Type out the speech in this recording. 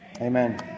Amen